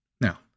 Now